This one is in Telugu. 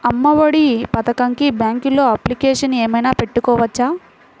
అమ్మ ఒడి పథకంకి బ్యాంకులో అప్లికేషన్ ఏమైనా పెట్టుకోవచ్చా?